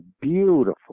beautiful